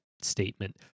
statement